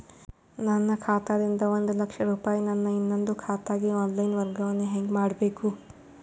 ನನ್ನ ಖಾತಾ ದಿಂದ ಒಂದ ಲಕ್ಷ ರೂಪಾಯಿ ನನ್ನ ಇನ್ನೊಂದು ಖಾತೆಗೆ ಆನ್ ಲೈನ್ ವರ್ಗಾವಣೆ ಹೆಂಗ ಮಾಡಬೇಕು?